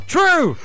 True